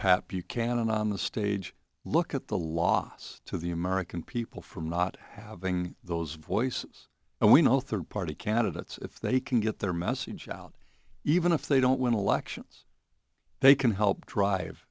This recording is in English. pat buchanan on the stage look at the loss to the american people from not having those voices and we know third party candidates if they can get their message out even if they don't win elections they can help drive